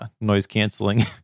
noise-canceling